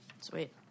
sweet